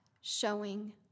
showing